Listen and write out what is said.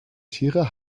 tiere